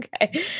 Okay